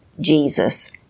Jesus